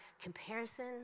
comparison